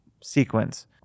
sequence